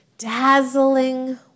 Dazzling